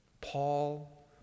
Paul